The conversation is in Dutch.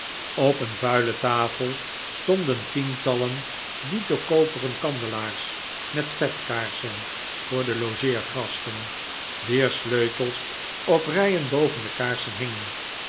op een vuile tafel stonden tientallen dito koperen kandelaars met vetkaarsen voor de logeergasten wier sleutels op rijen boven de kaarsen hingen